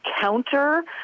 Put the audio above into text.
counter